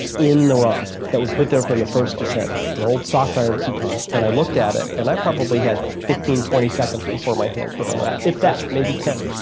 in the rock that was put there from the first descent, an old soft iron piton, and i looked at it, and i probably had fifteen, twenty seconds before my hands would unwrap, if that, maybe ten.